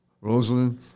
Rosalind